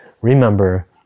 remember